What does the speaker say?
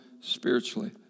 spiritually